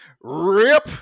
RIP